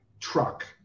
truck